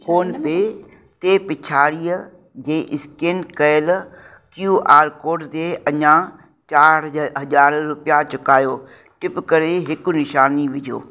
PhonePe ते पिछाड़ीअ जे स्केन कयल क्यूआर कोड ते अञा चारि हज़ार रुपया चुकायो टिप करे हिकु निशानी विझो